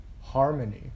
Harmony